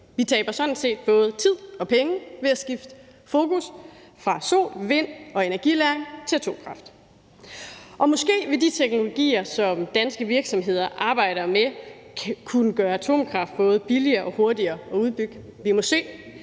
Vi taber sådan set både tid og penge ved at skifte fokus fra sol, vind og energilagring til atomkraft. Måske vil de teknologier, som danske virksomheder arbejder med, kunne gøre atomkraft både billigere og hurtigere at udbygge. Vi må se,